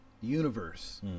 universe